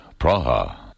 Praha